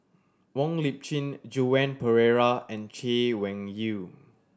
Wong Lip Chin Joan Pereira and Chay Weng Yew